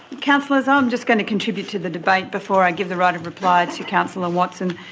councillors, i'm just going to contribute to the debate before i give the right of reply to councillor watson.